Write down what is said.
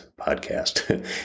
podcast